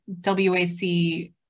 WAC